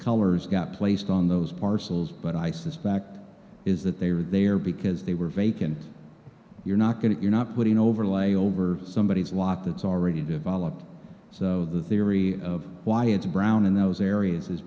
colors got placed on those parcels but i suspect is that they were there because they were vacant you're not going to you're not putting overlay over somebodies lock that's already developed so the theory of why it's brown in those areas is